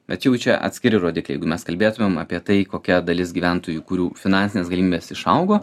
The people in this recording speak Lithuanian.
bet jau čia atskiri rodikliai jeigu mes kalbėtumėm apie tai kokia dalis gyventojų kurių finansinės galimybės išaugo